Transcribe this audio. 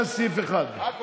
רגע,